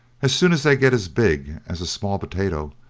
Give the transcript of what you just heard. as soon as they get as big as a small potato,